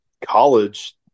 college